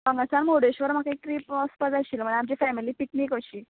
हांगासान मुर्डेश्वर म्हाका एक ट्रीप वचपाक जाय आशिल्ली आमचे फेमिली पिकनीक अशी